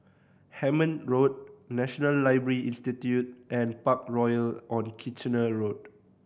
Hemmant Road National Library Institute and Parkroyal on Kitchener Road